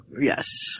Yes